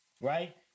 right